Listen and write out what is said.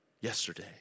yesterday